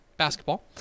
basketball